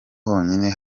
honyine